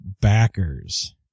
backers